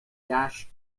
gash